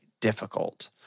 difficult